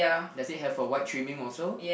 does it have a white trimming also